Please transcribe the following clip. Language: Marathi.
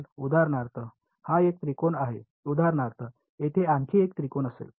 उदाहरणार्थ हा 1 त्रिकोण आहे उदाहरणार्थ येथे आणखी एक त्रिकोण असेल